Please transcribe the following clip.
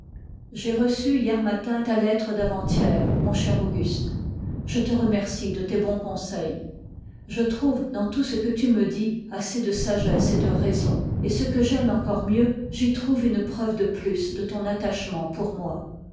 jai reçu hier matin ta lettre d'avant-hier mon cher auguste je te remercie de tes bons conseils je trouve dans tout ce que tu me dis assez de sagesse et de raison et ce que j'aime encore mieux j'y trouve une preuve de plus de ton attachement p'ôui moi